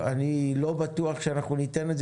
אני לא בטוח שניתן לו את זה,